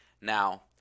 Now